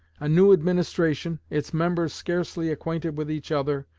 a new administration, its members scarcely acquainted with each other,